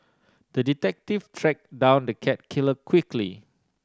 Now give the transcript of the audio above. the detective tracked down the cat killer quickly